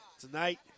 tonight